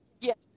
Yes